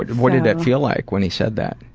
what did it feel like when he said that?